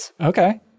Okay